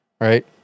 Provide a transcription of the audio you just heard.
right